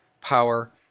power